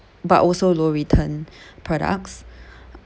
but also low return products